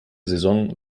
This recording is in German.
saison